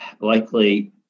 likely